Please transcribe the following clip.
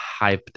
hyped